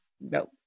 no